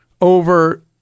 over